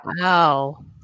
Wow